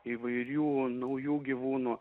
įvairių naujų gyvūnų